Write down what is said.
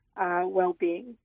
well-being